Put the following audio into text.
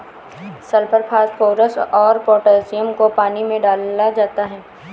sulphur phosphorus और potassium को पानी में डाला जाता है